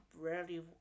rarely